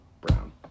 Brown